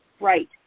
Right